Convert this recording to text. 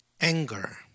anger